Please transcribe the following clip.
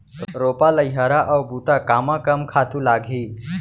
रोपा, लइहरा अऊ बुता कामा कम खातू लागही?